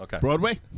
Broadway